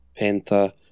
Penta